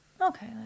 Okay